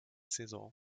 saison